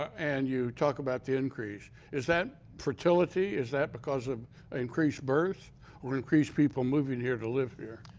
and you talk about the increase, is that fertility? is that because of increased birth or increase people moving here to live here?